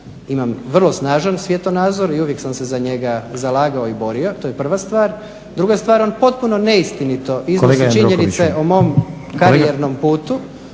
imam vrlo snažan svjetonazor i uvijek sam se za njega zalagao i borio to je prva stvar. Druga stvar, on potpuno neistinito iznosi činjenice o mom karijernom putu